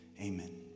amen